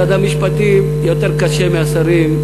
משרד המשפטים יותר קשה מהשרים.